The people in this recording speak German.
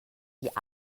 die